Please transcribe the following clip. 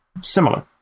similar